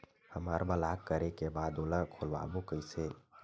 हमर ब्लॉक करे के बाद ओला खोलवाबो कइसे?